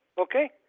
okay